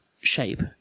shape